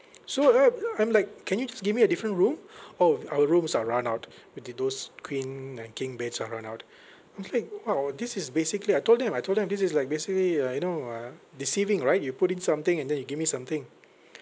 so I'm I'm like can you just give me a different room orh our rooms are run out with th~ those queen and king beds are run out I was like !wow! this is basically I told them I told them this is like basically uh you know uh deceiving right you put in something and then you give me something